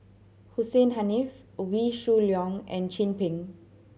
Hussein Haniff Wee Shoo Leong and Chin Peng